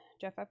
Jeff